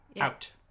out